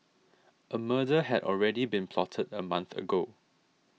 a murder had already been plotted a month ago